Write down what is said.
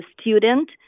student